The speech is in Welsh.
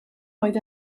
oedd